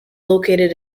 located